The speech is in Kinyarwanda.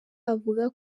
avuga